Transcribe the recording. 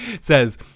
says